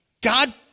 God